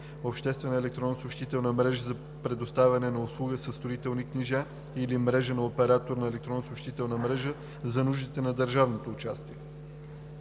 обществена електронно съобщителна мрежа за предоставяне на услуги със строителни книжа или мрежа на оператор на електронно съобщителна мрежа за нуждите на държавно участие;